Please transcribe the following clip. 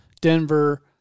Denver